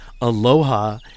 aloha